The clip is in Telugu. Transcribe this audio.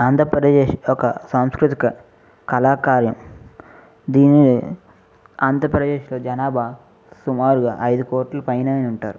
ఆంధ్రప్రదేశ్ యొక్క సాంస్కృతిక కళాకాలం దీని ఆంధ్రప్రదేశ్లో జనాభా సుమారుగా అయిదు కోట్లు పైన ఉంటారు